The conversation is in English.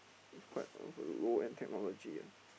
is quite of a low-end technology ah